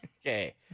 Okay